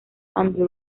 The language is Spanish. and